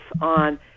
on